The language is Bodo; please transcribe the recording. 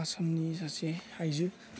आसामनि सासे आइजो